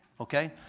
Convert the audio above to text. Okay